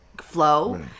flow